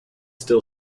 still